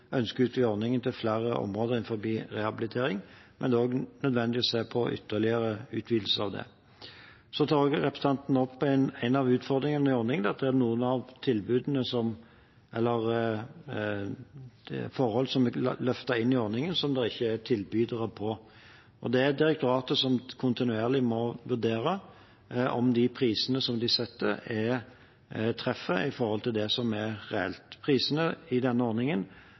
ønsker å utvide ordningen til flere områder innenfor rehabilitering, men det er også nødvendig å se på ytterligere utvidelse av det. Representanten tar også opp en av utfordringene med ordningen, at det er noen forhold som er løftet inn i ordningen, som det ikke er tilbydere på. Det er direktoratet som kontinuerlig må vurdere om de prisene de setter, treffer med hensyn til det som er reelt. Prisene i denne ordningen